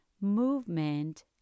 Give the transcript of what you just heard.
movement